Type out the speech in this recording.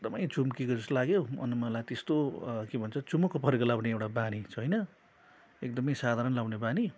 एकदमै चुम्किएको जस्तै लाग्यो अनि मलाई त्यस्तो चुमुक्क परेको लगाउने एउटा बानी छैन एकदमै साधारण लगाउने बानी